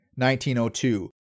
1902